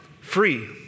free